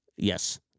Yes